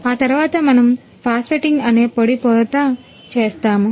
ఆ తరువాత మనం ఫాస్ఫేటింగ్ అనే పొడి పోత చేస్తాము